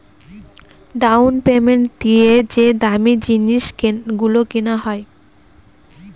down payment দিয়ে যে দামী জিনিস গুলো কেনা হয়